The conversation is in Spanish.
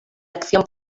acción